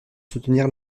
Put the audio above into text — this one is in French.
soutenir